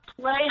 play